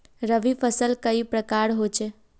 रवि फसल कई प्रकार होचे?